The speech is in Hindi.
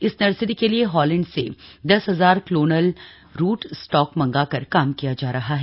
इस नर्सरी के लिए हालैंड से दस हजार क्लोनल रूट स्टाक मंगाकर काम किया जा रहा है